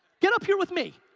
get up here with me.